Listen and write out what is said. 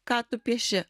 ką tu pieši